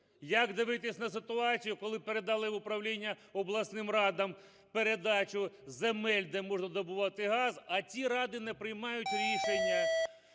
Як дивитися на ситуацію коли передали в управління обласним радам передачу земель, де можна добувати газ, а ті ради не приймають рішення?